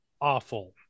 awful